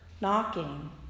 knocking